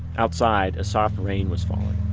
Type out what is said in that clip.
outside, a soft rain was falling